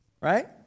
right